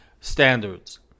standards